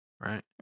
right